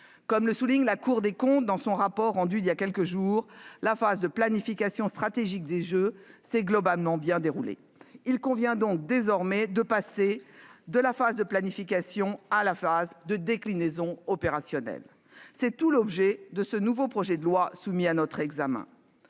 Comme le souligne la Cour des comptes dans son rapport rendu il y a quelques jours, « la phase de planification stratégique des Jeux de Paris 2024 s'est globalement bien déroulée ». Il convient, désormais, de passer à la phase de déclinaison opérationnelle. Tel est l'objet de ce nouveau projet de loi soumis à notre examen.